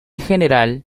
general